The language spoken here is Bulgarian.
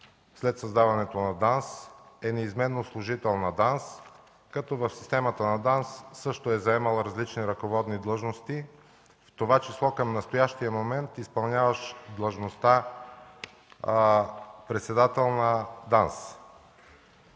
след създаването на ДАНС, е неизменно служител на ДАНС, като в системата на ДАНС също е заемал различни ръководни длъжности, в това число към настоящия момент изпълняващ длъжността председател на ДАНС.